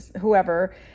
whoever